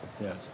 Yes